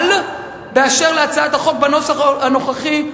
אבל באשר להצעת החוק בנוסח הנוכחי,